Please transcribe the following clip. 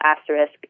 asterisk